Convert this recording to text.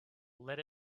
let